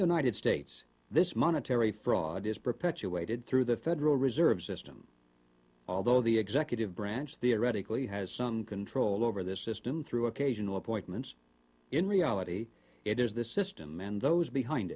united states this monetary fraud is perpetuated through the federal reserve system although the executive branch theoretically has some control over this system through occasional appointments in reality it is the system and those behind